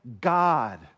God